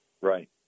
right